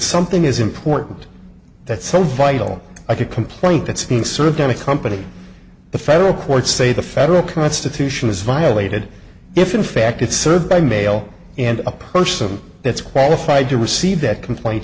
something is important that so vital a complaint that's being served on a company the federal courts say the federal constitution is violated if in fact it's served by mail and a person that's qualified to receive that complaint